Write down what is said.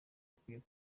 akwiye